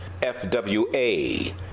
FWA